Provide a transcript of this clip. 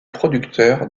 producteur